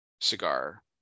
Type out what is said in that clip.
cigar